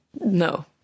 No